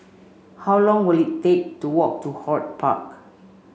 how long will it take to walk to HortPark